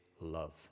love